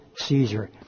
Caesar